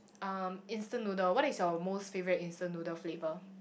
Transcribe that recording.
um instant noodle what is your most favourite instant noodle flavour